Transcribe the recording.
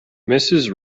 mrs